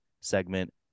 segment